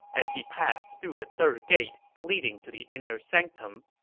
as he passed through the third gate leading to the inner sanctum,